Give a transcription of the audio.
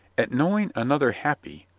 at knowing an other happy,